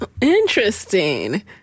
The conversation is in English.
Interesting